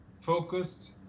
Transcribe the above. focused